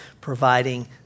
providing